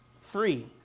free